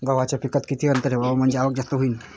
गव्हाच्या पिकात किती अंतर ठेवाव म्हनजे आवक जास्त होईन?